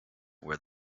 where